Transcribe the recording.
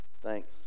thanks